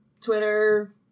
Twitter